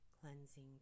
cleansing